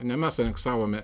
ne mes aneksavome